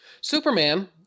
Superman